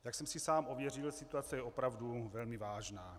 Jak jsem si sám ověřil, situace je opravdu velmi vážná.